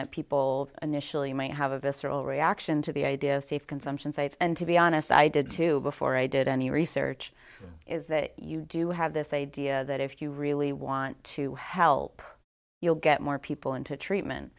that people initially may have a visceral reaction to the idea of safe consumption sites and to be honest i did too before i did any research is that you do have this idea that if you really want to help you'll get more people into treatment